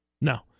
No